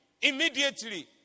immediately